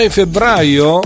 febbraio